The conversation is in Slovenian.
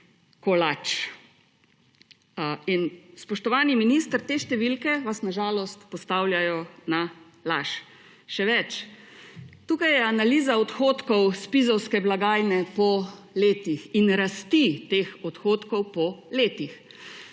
kolač. Spoštovani minister, te številke vas na žalost postavljajo na laž. Še več, tukaj je analiza odhodkov blagajne Zpiz po letih in rasti teh odhodkov po letih.